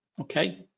okay